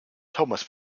thomas